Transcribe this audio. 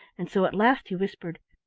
and so at last he whispered,